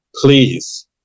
please